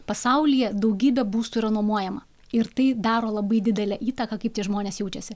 pasaulyje daugybė būstų yra nuomojama ir tai daro labai didelę įtaką kaip tie žmonės jaučiasi